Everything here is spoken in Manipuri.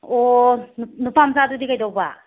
ꯑꯣ ꯅꯨꯄꯥꯃꯆꯥꯗꯨꯗꯤ ꯀꯩꯗꯧꯕ